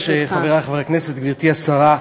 גברתי היושבת-ראש, חברי חברי הכנסת, גברתי השרה,